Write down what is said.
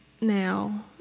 now